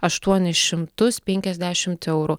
aštuonis šimtus penkiasdešimt eurų